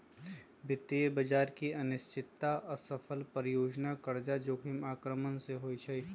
वित्तीय बजार की अनिश्चितता, असफल परियोजना, कर्जा जोखिम आक्रमण से होइ छइ